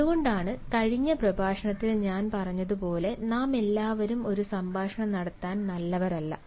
അതുകൊണ്ടാണ് കഴിഞ്ഞ പ്രഭാഷണത്തിൽ ഞാൻ പറഞ്ഞതുപോലെ നാമെല്ലാവരും ഒരു സംഭാഷണം നടത്താൻ നല്ലവരല്ല